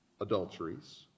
adulteries